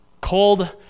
cold